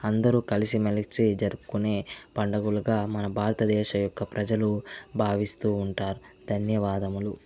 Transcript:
అందరూ కలసిమెలసి జరుపుకుకే పండుగలుగా మన భారతదేశ యొక్క ప్రజలు భావిస్తూ ఉంటారు ధన్యవాదములు